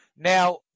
Now